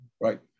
right